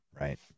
right